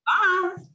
Bye